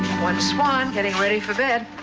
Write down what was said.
one swan getting ready for bed.